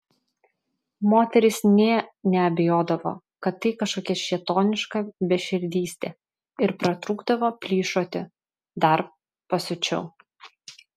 moterys nė neabejodavo kad tai kažkokia šėtoniška beširdystė ir pratrūkdavo plyšoti dar pasiučiau